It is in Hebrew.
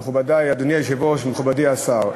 מכובדי, אדוני היושב-ראש, מכובדי השר,